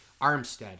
Armstead